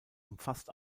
umfasst